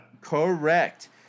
correct